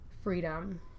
freedom